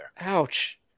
Ouch